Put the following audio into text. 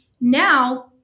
Now